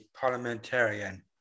parliamentarian